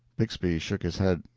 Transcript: bixby shook his head.